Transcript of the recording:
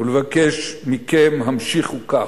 ולבקש מכם: המשיכו כך.